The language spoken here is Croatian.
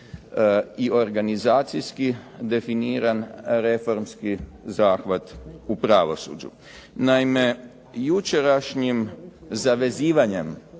i organizacijski definiran reformski zahvat u pravosuđu. Naime, jučerašnjim zavezivanjem